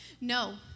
No